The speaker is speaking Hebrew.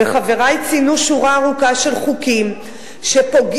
וחברי ציינו שורה ארוכה של חוקים שפוגעים